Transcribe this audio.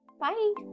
bye